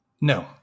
No